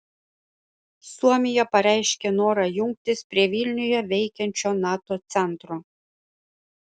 suomija pareiškė norą jungtis prie vilniuje veikiančio nato centro